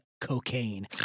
cocaine